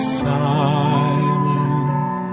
silent